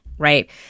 Right